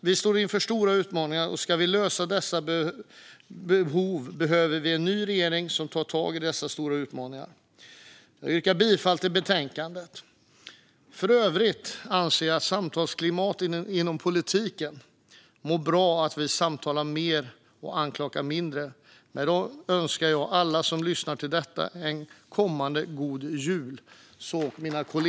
Vi står inför stora utmaningar, och ska vi lösa dessa behov behöver vi en ny regering som tar tag i dessa stora utmaningar. Jag yrkar bifall till utskottets förslag i betänkandet. För övrigt anser jag att samtalsklimatet inom politiken mår bra av att vi samtalar mer och anklagar mindre. Med detta önskar jag alla som lyssnar en kommande god jul.